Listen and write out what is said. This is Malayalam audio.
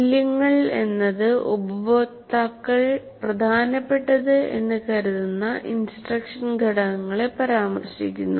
മൂല്യങ്ങൾ എന്നത് ഉപഭോക്താക്കൾ പ്രധാനപ്പെട്ടത് എന്ന് കരുതുന്ന ഇൻസ്ട്രക്ഷൻ ഘടകങ്ങളെ പരാമർശിക്കുന്നു